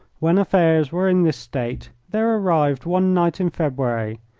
when affairs were in this state there arrived one night in february,